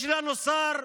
יש לנו שר,